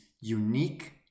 unique